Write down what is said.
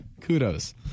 kudos